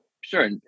Sure